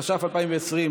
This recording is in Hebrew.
התש"ף 2020,